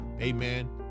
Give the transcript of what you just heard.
amen